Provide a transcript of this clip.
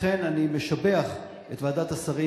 לכן אני משבח את ועדת השרים,